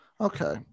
Okay